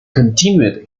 continued